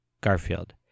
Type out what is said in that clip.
Garfield